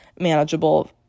manageable